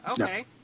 okay